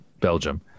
belgium